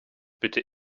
bitte